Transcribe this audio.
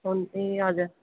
ए हजुर